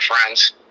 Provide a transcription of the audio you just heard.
friends